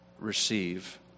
receive